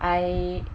I